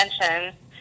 attention